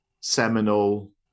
seminal